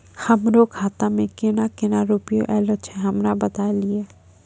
हमरो खाता मे केना केना रुपैया ऐलो छै? हमरा बताय लियै?